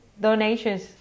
donations